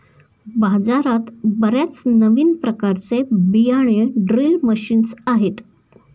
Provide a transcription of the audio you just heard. बाजारात बर्याच नवीन प्रकारचे बियाणे ड्रिल मशीन्स आहेत